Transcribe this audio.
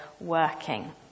working